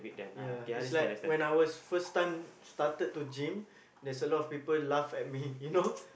ya is like when I was first time started to gym there's a lot of people laugh at me you know